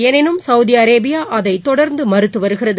எனினும் சவுதிஅரேபியாஅதைதொடர்ந்துமறுத்துவருகிறது